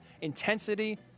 intensity